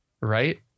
right